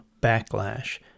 Backlash